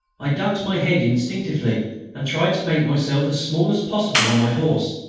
i ducked my head instinctively and tried to make myself as small as possible on my horse.